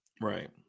Right